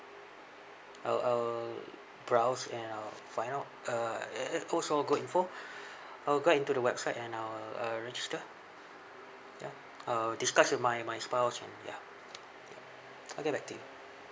I will I will browse and I'll find out uh also a good info I'll go into the website and I will uh register ya uh discuss with my my spouse and ya I'll get back to you